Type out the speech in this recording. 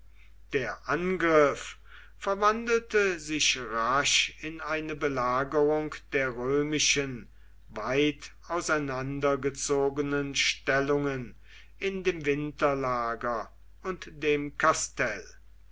der angriff verwandelte sich rasch in eine belagerung der römischen weit auseinandergezogenen stellungen in dem winterlager und dem kastell